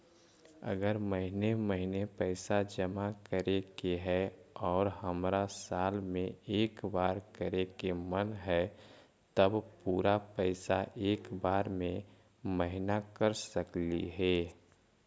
अगर महिने महिने पैसा जमा करे के है और हमरा साल में एक बार करे के मन हैं तब पुरा पैसा एक बार में महिना कर सकली हे?